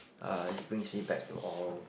ah this brings me back to oral